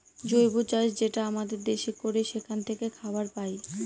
জৈব চাষ যেটা আমাদের দেশে করে সেখান থাকে খাবার পায়